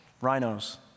rhinos